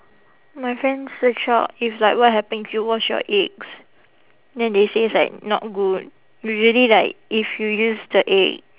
my friend search up if like what happen if you wash your eggs then they say it's like not good usually like if you use the egg